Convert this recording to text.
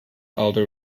alder